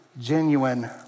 genuine